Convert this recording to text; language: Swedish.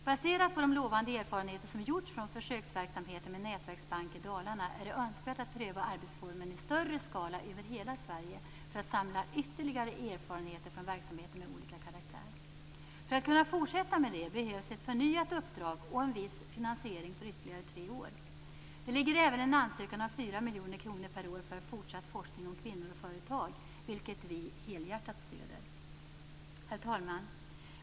Baserat på de lovande erfarenheter som gjorts från försöksverksamheten med nätverksbank i Dalarna är det önskvärt att pröva arbetsformen i större skala över hela Sverige för att samla ytterligare erfarenheter från verksamheter med olika karaktär. För att kunna fortsätta med detta behövs ett förnyat uppdrag och viss finansiering för ytterligare tre år. Det ligger även en ansökan om 4 miljoner kronor per år för fortsatt forskning om kvinnor och företag, vilket vi helhjärtat stöder. Herr talman!